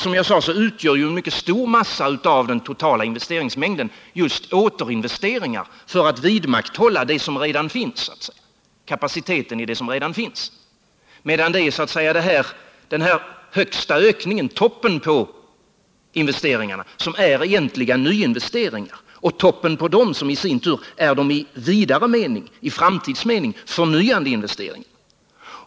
Som jag sade utgör en mycket stor massa av den totala investeringsmängden just återinvesteringar för att vidmakthålla kapaciteten i det som redan finns, medan det är den här högsta ökningen, toppen på investeringarna, som är egentliga nyinvesteringar och toppen på dem som i sin tur är i framtidsmening förnyande investeringar.